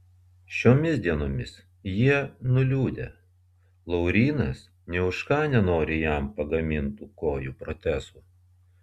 šiomis dienomis jie nuliūdę laurynas nė už ką nenori jam pagamintų kojų protezų